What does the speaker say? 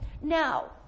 now